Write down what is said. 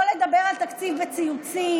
לא לדבר על תקציב בציוצים.